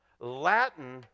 Latin